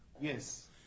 Yes